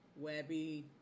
Webby